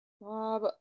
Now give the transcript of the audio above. Bob